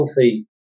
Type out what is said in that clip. healthy